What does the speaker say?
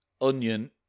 onion